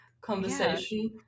conversation